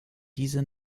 diese